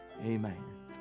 Amen